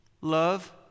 Love